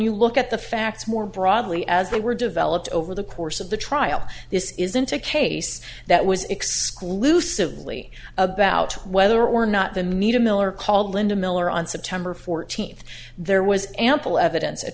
you look at the facts more broadly as they were developed over the course of the trial this isn't a case that was exclusively about whether or not the media miller called linda miller on september fourteenth there was ample eviden